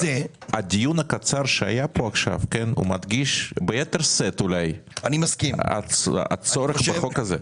הדיון הקצר שהיה פה עכשיו מדגיש ביתר-שאת את הצורך בחוק הזה.